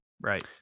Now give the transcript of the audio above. Right